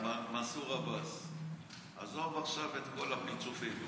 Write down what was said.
אבל מנסור עבאס, עזוב עכשיו את כל הפלסופים.